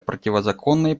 противозаконной